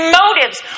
motives